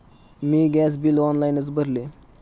मी gas bill ऑनलाइनच भरले